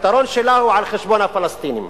הפתרון שלה הוא על חשבון הפלסטינים.